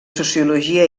sociologia